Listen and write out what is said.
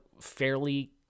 fairly